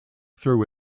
through